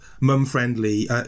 mum-friendly